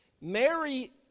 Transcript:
Mary